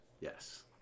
Yes